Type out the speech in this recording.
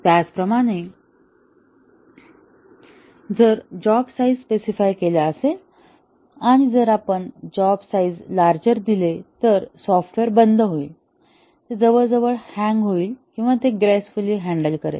त्याचप्रमाणे जर job size specify केला असेल आणि जर आपण जॉब साईझ लार्जर दिले तर सॉफ्टवेअर बंद होईल ते जवळजवळ हँग होईल किंवा ते ग्रेसफुली हॅन्डल करेल